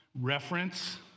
Reference